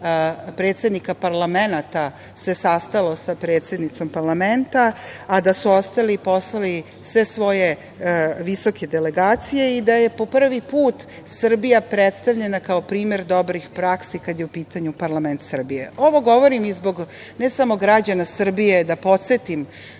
predsednika parlamenata se sastalo sa predsednicom parlamenta, a da su ostali poslali sve svoje visoke delegacije i da je po prvi put Srbija predstavljena kao primer dobrih praksi kad je u pitanju parlament Srbije. Ovo govorim, ne samo zbog građana Srbije, da podsetim